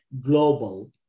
global